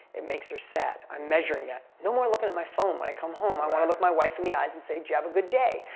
it makes her sad. i'm measuring that. no more looking at my phone when i come home. i want to look my wife in the eyes and say, did you have a good day?